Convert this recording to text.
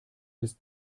bist